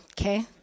Okay